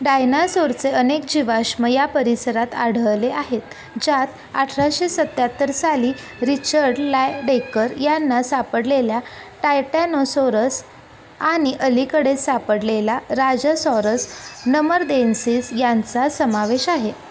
डायनासोरचे अनेक जीवाष्म या परिसरात आढळले आहेत ज्यात अठराशे सत्त्याहत्तर साली रिचर्ड लायडेकर यांना सापडलेल्या टायटॅनोसोरस आणि अलीकडे सापडलेला राजसोरस नमरदेन्सीस यांचा समावेश आहे